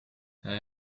hij